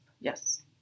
Yes